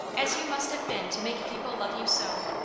as you must have been to make people love you so.